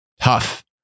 tough